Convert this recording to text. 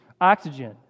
oxygen